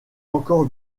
encore